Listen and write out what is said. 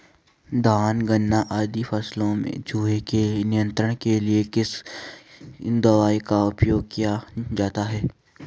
धान गन्ना आदि फसलों में चूहों के नियंत्रण के लिए किस दवाई का उपयोग किया जाता है?